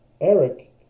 Eric